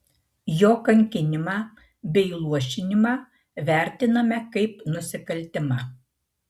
jo kankinimą bei luošinimą vertiname kaip nusikaltimą